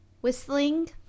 whistling